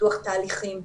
בפיתוח תהליכים,